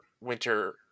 winter